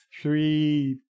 three